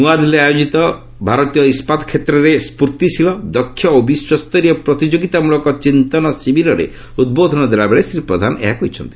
ନୂଆଦିଲ୍ଲୀରେ ଆୟୋଜିତ ଭାରତୀୟ ଇସ୍କାତ କ୍ଷେତ୍ରରେ ସ୍କୁର୍ତ୍ତିଶୀଳ ଦକ୍ଷ ଓ ବିଶ୍ୱସ୍ତରୀୟ ପ୍ରତିଯୋଗୀତା ମ୍ବଳକ ଚିନ୍ତନ ଶିବିରରେ ଉଦ୍ବୋଧନ ଦେଲାବେଳେ ଶ୍ରୀ ପ୍ରଧାନ ଏହା କହିଛନ୍ତି